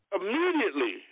immediately